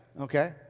Okay